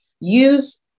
Use